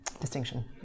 distinction